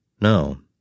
No